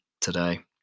today